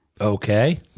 Okay